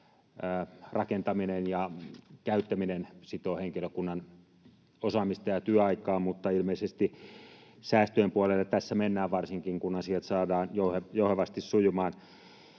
rakentaminen ja käyttäminen sitoo henkilökunnan osaamista ja työaikaa, mutta ilmeisesti säästöjen puolelle tässä mennään, varsinkin kun asiat saadaan jouhevasti sujumaan.